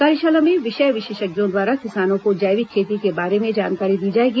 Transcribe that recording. कार्यशाला में विषय विशेषज्ञों द्वारा किसानों को जैविक खेती के बारे में जानकारी दी जाएगी